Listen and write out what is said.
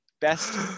best